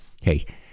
hey